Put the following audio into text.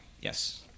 Yes